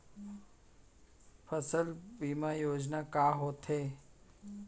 फसल बीमा योजना का होथे?